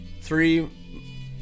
three